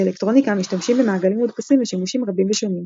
באלקטרוניקה משתמשים במעגלים מודפסים לשימושים רבים ושונים,